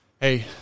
hey